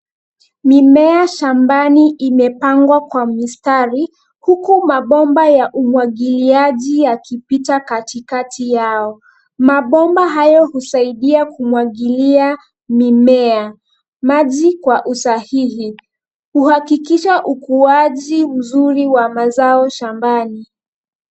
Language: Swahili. Mimea shambani imepangwa kwa mistari huku mabomba ya umwagiliaji yakipita katikati yao. Mabomba hayo husaidia kumwagilia mimea maji kwa usahihi. Uhakikisha ukuaji mzuri wa mazao shambani.